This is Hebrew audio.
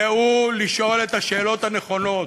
דעו לשאול את השאלות הנכונות,